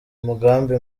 umugambi